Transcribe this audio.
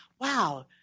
Wow